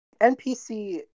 NPC